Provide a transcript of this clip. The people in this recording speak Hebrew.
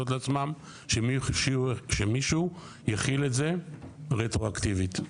לעצמם שמישהו יחיל את זה רטרואקטיבית.